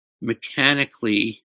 mechanically